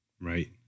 Right